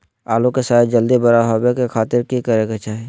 आलू के साइज जल्दी बड़ा होबे के खातिर की करे के चाही?